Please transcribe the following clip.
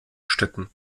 stöcken